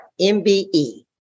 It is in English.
MBE